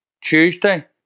Tuesday